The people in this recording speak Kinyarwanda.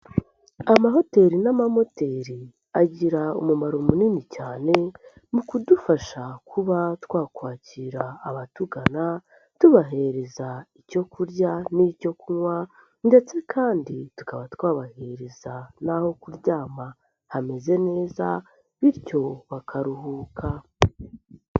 Amahoteli n'amamoteri agira umumaro munini cyane mu kudufasha kuba twakwakira abatugana, tubahereza icyo kurya n'icyo kunywa ndetse kandi tukaba twabahereza n'aho kuryama hameze neza, bityo bakaruhuka.